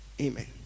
Amen